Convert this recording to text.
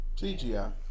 CGI